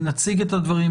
נציג את הדברים.